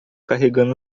carregando